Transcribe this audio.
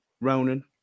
Ronan